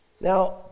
Now